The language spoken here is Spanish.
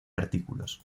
artículos